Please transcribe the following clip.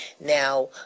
now